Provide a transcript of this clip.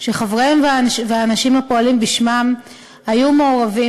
שחבריהם והאנשים הפועלים בשמם היו מעורבים